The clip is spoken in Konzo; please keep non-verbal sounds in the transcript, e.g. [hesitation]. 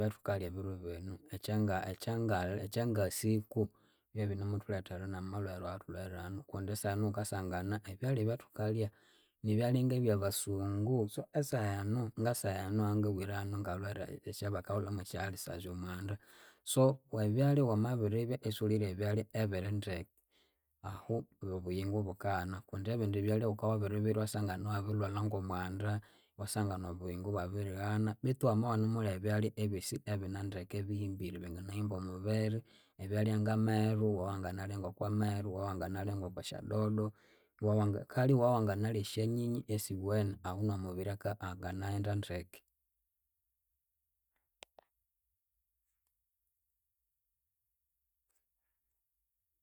Ebyathukalya ebiru binu ekyangasi [hesitation] ekyangasiku byebinemuthulethera namalwere awatulwere anu kundi sahenu wukasangana ebyalya ebyathukalya nibyalya ngebyabasungu so esahenu ngesahenu ahangabuwirahanu ngalwere esyabakahulhamu esya ulcers omwanda. So ebyalya wamabiribya isiwulirya ebyalya ebirindeke ahu obuyingo bukaghana. Kundi ebindi byalya wukawabiri birya iwasangana iwabirilwalha ngomwanda, iwasangana obuyingu ibwabirighana betu wamabya iwunemulya ebyalya ebyosi ibinendeke ebihimbire byanginahimba omubiri. Ebyalya ngameru iwawanginalya ngokwameru, iwawanginalya ngokwasyadodo [hesitation] kale iwawanginalya esyanyinyi esiwene ahu nomubiri aka- anginaghenda ndeke.